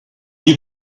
you